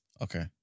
Okay